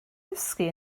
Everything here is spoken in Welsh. dysgu